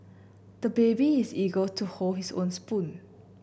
the baby is eager to hold his own spoon